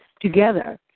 together